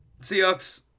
seahawks